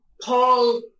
paul